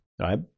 right